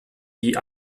die